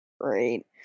Great